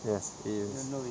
yes it is